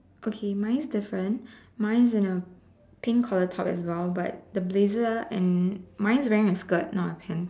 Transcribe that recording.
okay mine is different mine is in a pink collar top as well but the blazer and mine is wearing a skirt not a pants